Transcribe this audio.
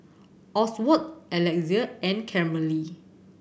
Oswald Alexia and Carmella